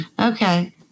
Okay